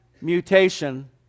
mutation